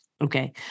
Okay